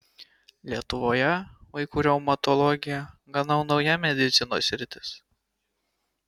lietuvoje vaikų reumatologija gana nauja medicinos sritis